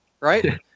Right